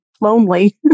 lonely